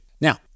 Now